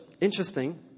interesting